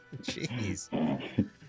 Jeez